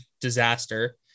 disaster